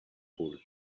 pull